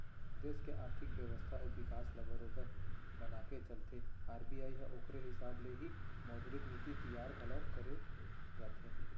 देस के आरथिक बेवस्था अउ बिकास ल बरोबर बनाके चलथे आर.बी.आई ह ओखरे हिसाब ले ही मौद्रिक नीति तियार घलोक करे जाथे